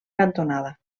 cantonada